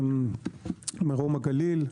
מרום הגליל,